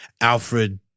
Alfred